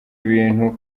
ibintu